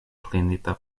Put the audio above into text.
klinita